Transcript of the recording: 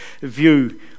view